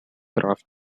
craft